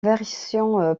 version